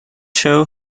show